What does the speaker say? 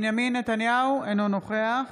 נתניהו, אינו נוכח